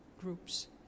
groups